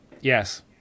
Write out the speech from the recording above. Yes